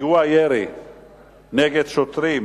פיגועי ירי נגד שוטרים